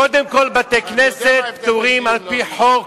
קודם כול, בתי-כנסת פטורים על-פי חוק.